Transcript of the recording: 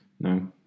No